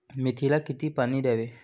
मेथीला किती पाणी द्यावे?